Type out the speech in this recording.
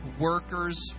workers